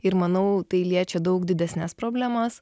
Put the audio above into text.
ir manau tai liečia daug didesnes problemas